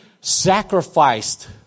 sacrificed